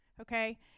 okay